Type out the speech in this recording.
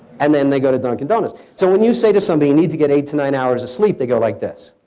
and then they go to dunkin' donuts. so when you say to somebody, you need to get eight to nine hours of sleep. they go like this.